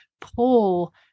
Pull